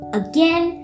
again